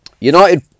United